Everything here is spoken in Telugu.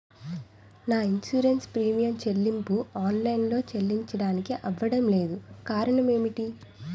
నా ఇన్సురెన్స్ ప్రీమియం చెల్లింపు ఆన్ లైన్ లో చెల్లించడానికి అవ్వడం లేదు కారణం ఏమిటి?